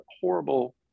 horrible